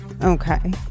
Okay